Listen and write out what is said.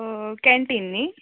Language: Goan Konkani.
कॅन्टीन न्हय